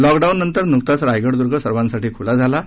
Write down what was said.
लॉकडाऊननंतर नुकताच रायगड दुर्ग सर्वांसाठी खुला झाला आहे